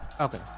Okay